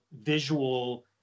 visual